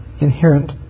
inherent